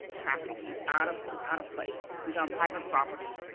taaffe, he's out of out of place. he's on private property,